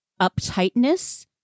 uptightness